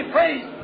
praise